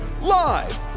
live